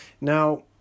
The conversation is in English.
Now